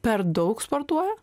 per daug sportuoja